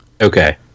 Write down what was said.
Okay